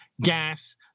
gas